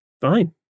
Fine